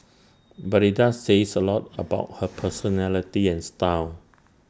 but IT does says A lot about her personality and style